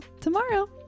tomorrow